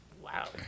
Wow